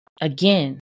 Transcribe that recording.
Again